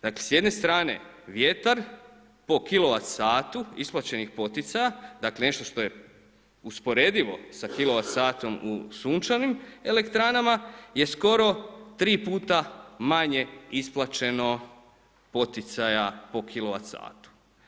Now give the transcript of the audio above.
Dakle, s jedne strane vjetar po kilovat satu isplaćenih poticaja, dakle, nešto što je usporedivo sa kilovat satom u sunčanim elektranama je skoro 3 puta manje isplaćeno poticaja po kilovat satu.